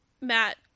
Matt